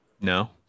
No